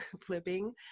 flipping